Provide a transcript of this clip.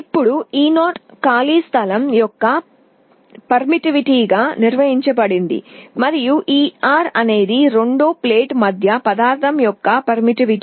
ఇప్పుడు e 0 ఖాళీ స్థలం యొక్క పర్మిటివిటీగా నిర్వచించబడింది మరియు e r అనేది రెండు ప్లేట్ల మధ్య పదార్థం యొక్క పర్మిటివిటీ